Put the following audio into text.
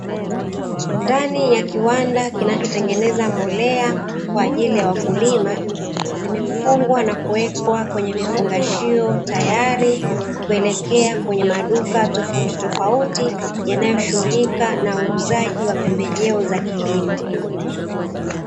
Ndani ya kiwanda kinachotengeneza mbolea kwa ajili ya wakulima, zimefungwa na kuwekwa kwenye vifungashio tayari kuelekea kwenye maduka tofautitofauti yanayoshughulika na uuzaji wa pembejeo za kilimo.